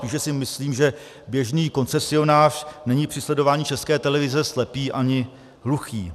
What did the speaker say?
Spíše si myslím, že běžný koncesionář není při sledování České televize slepý ani hluchý.